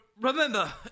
Remember